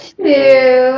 two